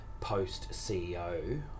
post-CEO